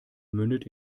mündet